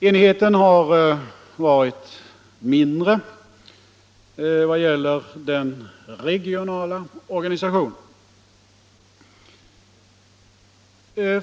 Enigheten har varit mindre i vad gäller den regionala organisationen.